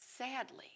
Sadly